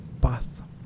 Path